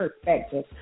perspective